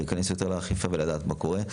ולהיכנס יותר לאכיפה ולדעת מה קורה.